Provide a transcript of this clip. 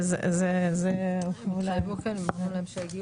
זה לא זז וכל פעם זה,